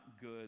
good